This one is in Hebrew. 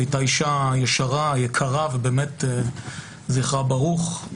היא הייתה אישה ישרה, יקרה, ובאמת זכרה ברוך.